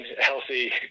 healthy